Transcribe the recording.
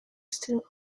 still